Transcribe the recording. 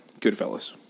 Goodfellas